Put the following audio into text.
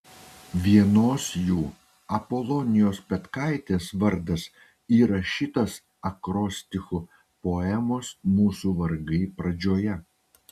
vienos jų apolonijos petkaitės vardas įrašytas akrostichu poemos mūsų vargai pradžioje